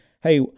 hey